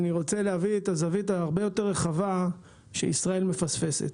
אני רוצה להביא את הזווית הרבה יותר רחבה שישראל מפספסת.